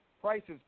Prices